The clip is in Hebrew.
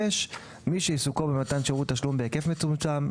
מי שעיסוקו במתן שירות תשלום בהיקף מצומצם,